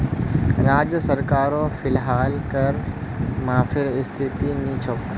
राज्य सरकारो फिलहाल कर माफीर स्थितित नी छोक